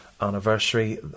anniversary